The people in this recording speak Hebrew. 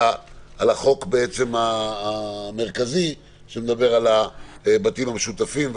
החוק המרכזי שמדבר על הבתים המשותפים,